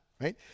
right